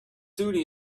duty